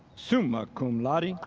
summa cum laude,